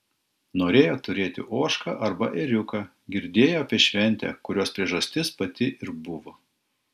norėjo turėti ožką arba ėriuką girdėjo apie šventę kurios priežastis pati ir buvo